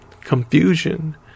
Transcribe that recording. confusion